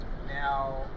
Now